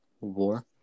war